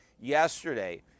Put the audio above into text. yesterday